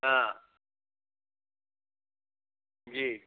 हाँ जी